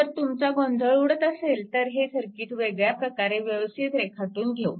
जर तुमचा गोंधळ उडत असेल तर हे सर्किट वेगळ्या प्रकारे व्यवस्थित रेखाटून घेऊ